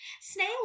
Snail